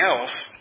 else